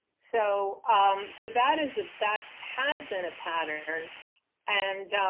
so, so that is a that has been a pattern and